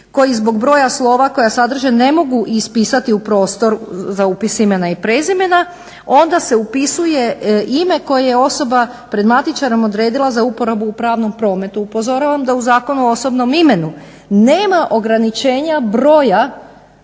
koji zbog broja slova koja sadrže ne mogu ispisati u prostor za upis imena i prezimena, onda se upisuje ime koje je osoba pred matičarom odredila za uporabu u pravnom prometu. Upozoravam da u Zakonu o osobnom imenu nema ograničenja broja